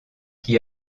qui